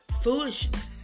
foolishness